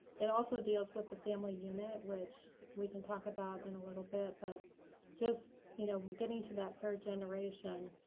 it also deals with the family unit, which we can talk about in a little bit, but just you know getting to that third generation,